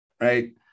right